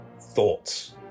thoughts